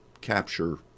capture